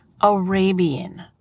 Arabian